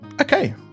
Okay